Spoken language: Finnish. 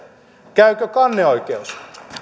käykö kanneoikeus